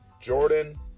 Jordan